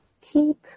Keep